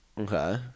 Okay